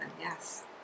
yes